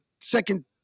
second